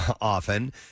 often